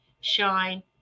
shine